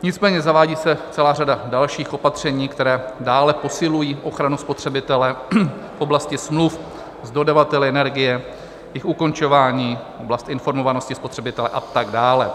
Nicméně zavádí se celá řada dalších opatření, které dále posilují ochranu spotřebitele v oblasti smluv s dodavateli energie, jejich ukončování, oblasti informovanosti spotřebitele a tak dále.